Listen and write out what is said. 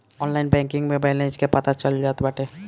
online banking में balance के पता चल जात बाटे